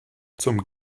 zum